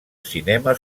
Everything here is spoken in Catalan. cinema